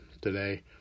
today